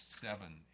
seven